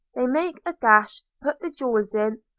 they make a gash, put the jewels in,